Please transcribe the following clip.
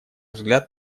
взгляд